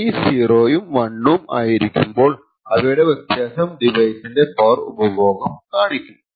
Ci 0 ഉം 1 ഉം ആയിരിക്കുമ്പോൾ അവയുടെ വ്യത്യാസം ഡിവൈസിന്റെ പവർ ഉപഭോഗം കാണിക്കും